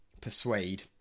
persuade